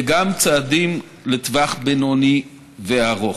וגם צעדים לטווח בינוני וארוך.